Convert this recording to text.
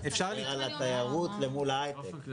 זה על התיירות למול ההיי-טק.